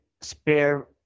Spare